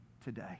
today